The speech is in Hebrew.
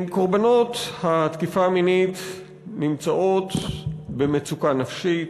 קורבנות תקיפה מינית נמצאות במצוקה נפשית,